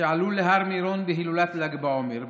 שעלו להר מירון בהילולת ל"ג בעומר,